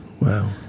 Wow